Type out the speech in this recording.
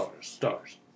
stars